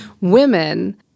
Women